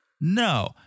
No